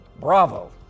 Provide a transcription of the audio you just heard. Bravo